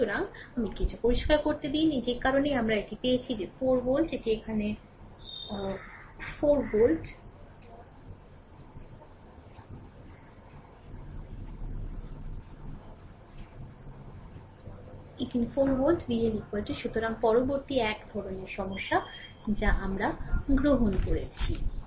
সুতরাং আমাকে এটি পরিষ্কার করুন সুতরাং সে কারণেই আমরা এটি পেয়েছি যে 4 ভোল্ট এখানে এটি এখানে 4 ভোল্ট VL সুতরাং পরবর্তী এক ধরণের সমস্যা যা আমরা গ্রহণ করেছি